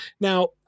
Now